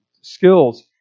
skills